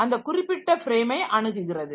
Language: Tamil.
அந்த குறிப்பிட்ட ஃப்ரேமை அணுகுகிறது